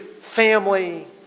family